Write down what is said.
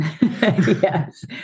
Yes